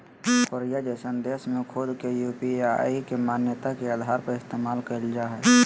Korea जइसन देश में खुद के यू.पी.आई के मान्यता के आधार पर इस्तेमाल कईल जा हइ